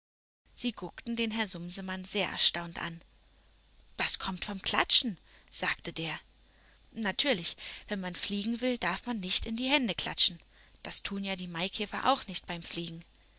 sie guckten den herrn sumsemann sehr erstaunt an das kommt vom klatschen sagte der natürlich wenn man fliegen will darf man nicht in die hände klatschen das tun ja die maikäfer auch nicht beim fliegen